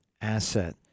asset